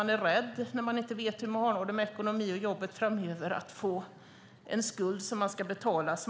När de inte vet hur de har det med jobbet och ekonomin framöver är de rädda för att få en skuld som ska betalas.